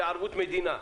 בערבות מדינה,